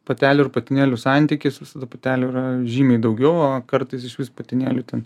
patelių ir patinėlių santykis visada patelių yra žymiai daugiau o kartais išvis patinėlių ten